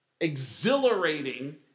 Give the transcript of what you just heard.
exhilarating